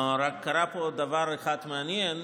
רק קרה פה דבר אחד מעניין.